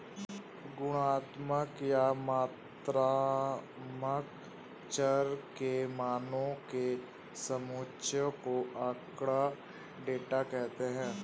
गुणात्मक या मात्रात्मक चर के मानों के समुच्चय को आँकड़ा, डेटा कहते हैं